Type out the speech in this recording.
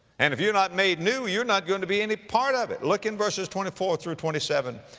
and if you're not made new, you're not going to be any part of it. look in verses twenty four through twenty seven,